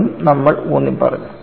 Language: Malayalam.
അതും നമ്മൾ ഊന്നിപ്പറഞ്ഞു